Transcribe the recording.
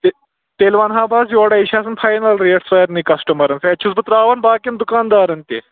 تہٕ تیٚلہِ وَنہَو بہٕ حظ یورَے یہِ چھُ آسان فاینَل ریٹ سارنٕے کَسٹٕمَرَن چھُس بہٕ ترٛاوَن باقٕین دُکاندارَن تہِ